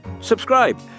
subscribe